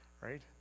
Right